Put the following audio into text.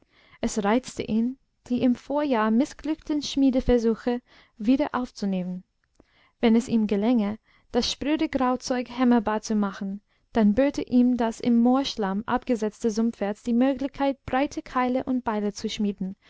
es reizte ihn die im vorjahr mißglückten schmiedeversuche wieder aufzunehmen wenn es ihm gelänge das spröde grauzeug hämmerbar zu machen dann böte ihm das im moorschlamm abgesetzte sumpferz die möglichkeit breite keile und beile zu schmieden